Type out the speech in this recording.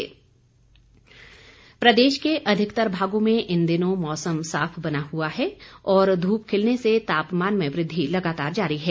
मौसम प्रदेश के अधिकतर भागों में इन दिनों मौसम साफ बना हुआ है और धूप खिलने से तापमान में वृद्धि लगातार जारी है